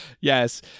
Yes